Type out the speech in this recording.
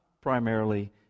primarily